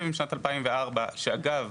ואגב,